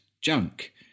junk